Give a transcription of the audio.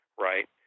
Right